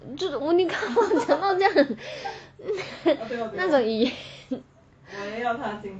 你看你讲到这样那种语言